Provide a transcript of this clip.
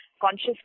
Conscious